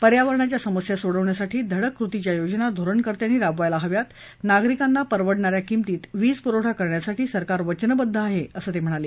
पर्यावरणाच्या समस्या सोडवण्यासाठी धडक कृतीच्या योजना धोरणकर्त्यांनी राबवायला हव्यात नागरिकांना परवडणा या किमतीत वीज पुरवठा करण्यासाठी सरकार वचनबद्ध आहे असं ते म्हणाले